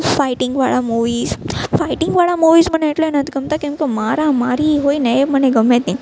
ફાઈટિંગવાળા movies ફાઈટિંગવાળા movies મને એટલે નથી ગમતા કેમકે મારા મારી હોય ને એ મને ગમે જ નહીં